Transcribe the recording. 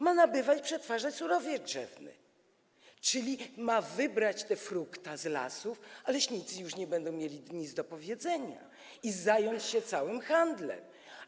Ona ma nabywać i przetwarzać surowiec drzewny, czyli ma wybrać te frukta z lasów, a leśnicy już nie będą mieli nic do powiedzenia, i zająć się całym handlem.